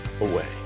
away